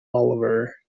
oliver